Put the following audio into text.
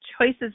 Choices